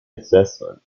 assessment